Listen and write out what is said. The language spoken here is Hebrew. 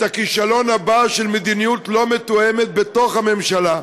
הכישלון הבא של מדיניות לא מתואמת בתוך הממשלה,